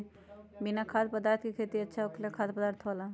बिना खाद्य पदार्थ के खेती अच्छा होखेला या खाद्य पदार्थ वाला?